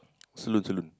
salon salon